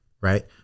right